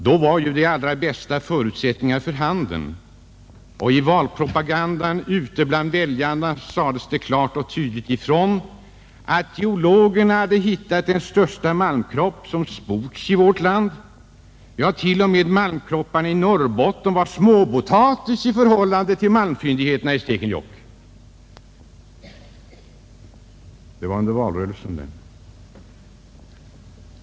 Då var ju de allra bästa förutsättningar för handen och i valpropagandan ute bland väljarna sades det klart och tydligt ifrån att geologerna hittat den största malmkropp som hittills sports i vårt land. Ja, t.o.m. malmkropparna i Norrbotten var småpotatis i förhållande till malmfyndigheterna i Stekenjokk. Det var under valrörelsen det.